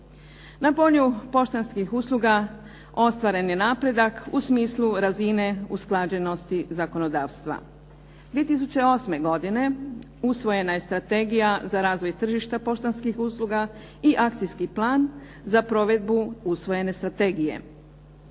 Na polju poštanskih usluga ostvaren je napredak u smislu razine usklađenosti zakonodavstva. 2008. godine usvojena je Strategija za razvoj tržišta poštanskih usluga i Akcijski plan za provedbu usvojene strategije.